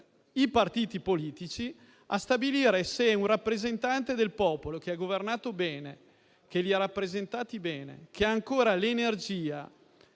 i partiti politici a stabilire se un rappresentante del popolo che ha governato bene, che li ha rappresentati bene, che ha ancora l'energia